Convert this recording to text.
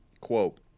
Quote